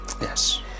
Yes